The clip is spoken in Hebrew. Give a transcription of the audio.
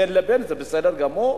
בין לבין זה בסדר גמור,